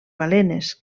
balenes